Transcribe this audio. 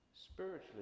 Spiritually